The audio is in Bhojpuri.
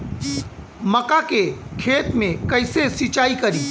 मका के खेत मे कैसे सिचाई करी?